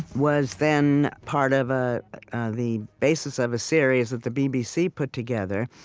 was then part of a the basis of a series that the bbc put together,